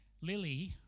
Lily